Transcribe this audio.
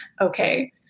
Okay